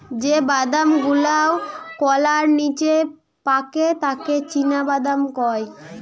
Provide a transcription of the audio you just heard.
যে বাদাম গুলাওকলার নিচে পাকে তাকে চীনাবাদাম কয়